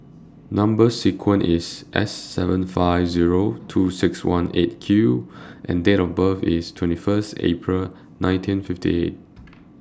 Number sequence IS S seven five Zero two six one eight Q and Date of birth IS twenty First April nineteen fifty eight